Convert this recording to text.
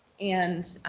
and.